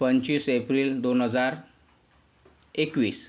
पंचवीस एप्रिल दोन हजार एकवीस